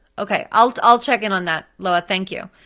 okay, i'll i'll check in on that, loah, thank you.